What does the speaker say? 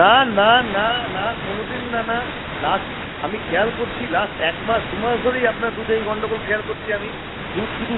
না না না না কোনো দিন না না লাস্ট আমি খেয়াল করছি লাস্ট একমাস দুমাস ধরেই আপনার দুধে এই গণ্ডগোল খেয়াল করছি আমি দুধ শুধু